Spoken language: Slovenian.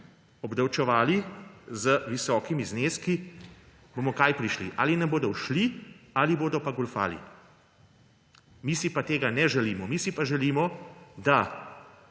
obdavčevali z visokimi zneski – bomo kam prišli? Ali nam bodo ušli ali bodo pa goljufali. Mi si pa tega ne želimo. Mi si pa želimo, da